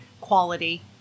quality